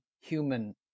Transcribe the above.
human